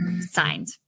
signed